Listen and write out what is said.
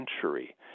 century